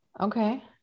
Okay